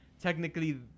technically